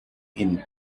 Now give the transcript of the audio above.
inn